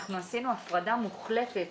אנחנו עשינו הפרדה מוחלטת